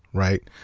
right?